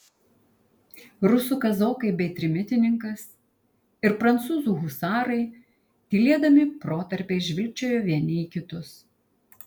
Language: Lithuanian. rusų kazokai bei trimitininkas ir prancūzų husarai tylėdami protarpiais žvilgčiojo vieni į kitus